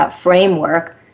framework